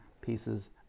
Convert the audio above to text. pieces